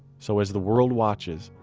so as the world watches,